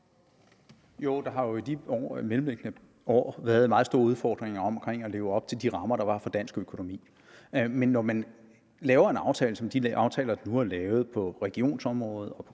Jo, der har jo i de mellemliggende år været meget store udfordringer med at leve op til de rammer, der var for dansk økonomi. Men når man laver en aftale som de aftaler, der nu er lavet på regionsområdet og